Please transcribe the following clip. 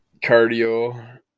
Cardio